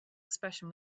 expression